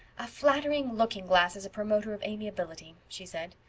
a flattering looking glass is a promoter of amiability, she said.